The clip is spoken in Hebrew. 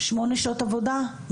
8 שעות עבודה.